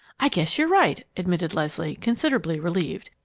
i guess you're right, admitted leslie, considerably relieved.